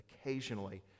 occasionally